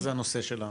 מה זה הנושא שלנו?